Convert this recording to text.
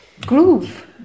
groove